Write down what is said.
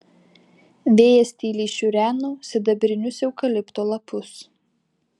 vėjas tyliai šiureno sidabrinius eukalipto lapus